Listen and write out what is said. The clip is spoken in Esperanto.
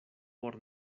por